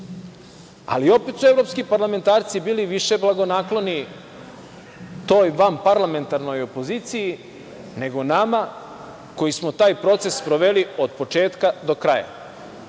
ali opet su evropski parlamentarci bili više blagonakloni toj vanparlamentarnoj opoziciji, nego nama, koji smo taj proces sproveli od početka do kraja. Dakle,